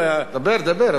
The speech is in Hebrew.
דבר, דבר.